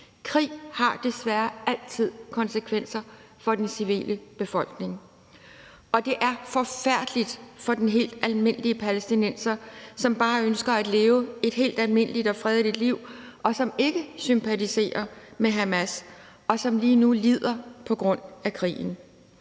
Krig har desværre altid konsekvenser for den civile befolkning. Og det er forfærdeligt for den helt almindelige palæstinenser, som bare ønsker at leve et helt almindeligt og fredeligt liv, som ikke sympatiserer med Hamas, og som lige nu lider på grund af krigen.